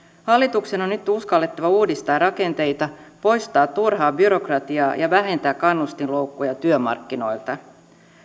hallituksen on nyt uskallettava uudistaa rakenteita poistaa turhaa byrokratiaa ja vähentää kannustinloukkuja työmarkkinoilta